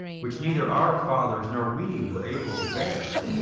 which neither our fathers nor we were able to bear?